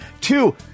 two